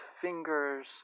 fingers